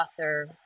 author